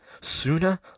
sooner